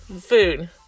food